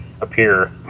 appear